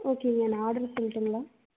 ஓகேங்க நான் ஆடர் பண்ணட்டுங்களா